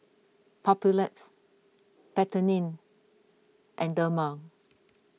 Papulex Betadine and Dermale